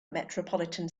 metropolitan